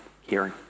hearing